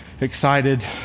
excited